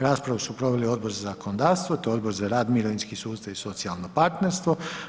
Raspravu su proveli Odbor za zakonodavstvo te Odbor za rad, mirovinski sustav i socijalno partnerstvo.